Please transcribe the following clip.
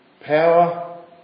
power